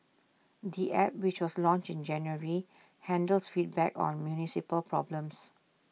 the app which was launched in January handles feedback on municipal problems